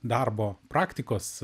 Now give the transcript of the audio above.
darbo praktikos